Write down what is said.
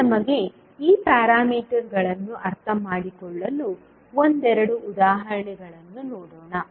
ಈಗ ನಮಗೆ ಈ ಪ್ಯಾರಾಮೀಟರ್ಗಳನ್ನು ಅರ್ಥಮಾಡಿಕೊಳ್ಳಲು ಒಂದೆರಡು ಉದಾಹರಣೆಗಳನ್ನು ನೋಡೋಣ